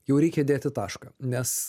jau reikia dėti tašką nes